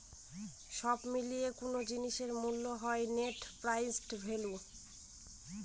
সব মিলিয়ে কোনো জিনিসের মূল্য হল নেট প্রেসেন্ট ভ্যালু